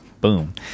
boom